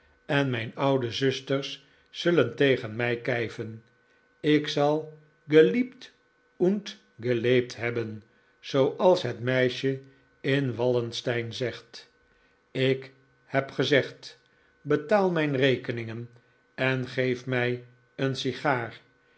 en mijn oude zusters zullen tegen mij kijven ik zal geliebt und gelebt hebben zooals het meisje in wallenstein zegt ik heb gezegd betaal mijn rekeningen en geef mij een sigaar